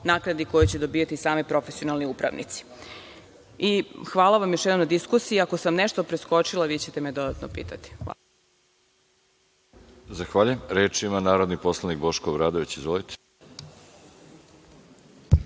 naknadi koju će dobijati sami profesionalni upravnici. Vala vam još jednom na diskusiji, ako sam nešto preskočila, vi ćete me dodatno pitati. **Veroljub Arsić** Zahvaljujem. Reč ima narodni poslanik Boško Obradović. Izvolite.